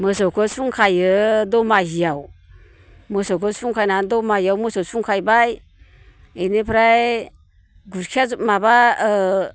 मोसौखौ सुंखायो दमाहियाव मोसौखौ सुंखायनानै दमाहियाव मोसौ सुंखायबाय बेनिफ्राय गुस्थिया माबा